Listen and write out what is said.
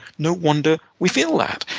no wonder we feel that,